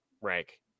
rank